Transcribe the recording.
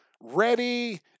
ready